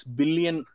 billion